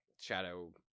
shadow